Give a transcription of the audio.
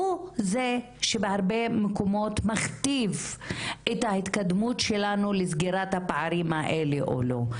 הוא זה שבהרבה מקומות מכתיב את ההתקדמות שלנו לסגירת הפערים האלה או לא.